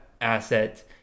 asset